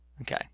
Okay